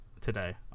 today